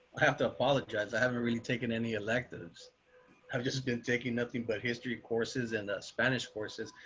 have to apologize. i haven't really taken any electives have just been taking nothing but history courses in spanish courses.